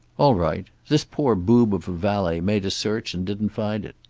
all right. this poor boob of a valet made a search and didn't find it.